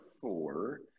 four